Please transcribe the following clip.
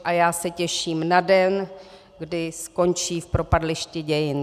A já se těším na den, kdy skončí v propadlišti dějin.